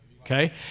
okay